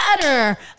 better